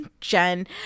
Jen